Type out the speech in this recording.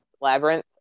Labyrinth